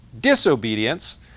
disobedience